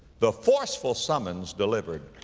the forceful summons delivered.